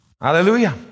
Hallelujah